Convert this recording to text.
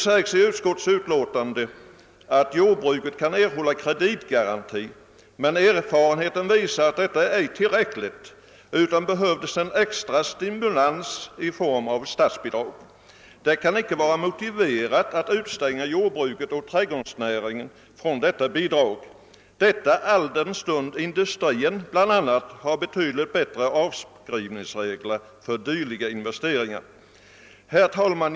I utskottsutlåtandet sägs att jordbruket kan erhålla kreditgarantier, men erfarenheten visar att detta inte är tillräckligt. Det behövs en extra stimulans i form av statsbidrag. Det kan inte vara motiverat att utestänga jordbruket och trädgårdsnäringen från dessa bidrag, detta alldenstund industrin bl a. har betydligt bättre avskrivningsregler för dylika investeringar. Herr talman!